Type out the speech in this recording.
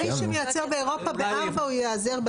מי שמייצר באירופה ב-4 הוא ייעזר,